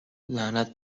لعنت